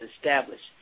established